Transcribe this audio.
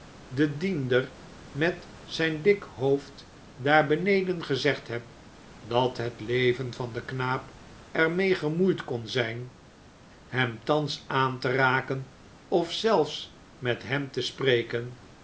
den diender met zijn dik hoofd daar beneden gezegd heb dat het leven van den knaap er mee gemoeid kon zijn hem thans aan te raken of zelfs met hem te spreken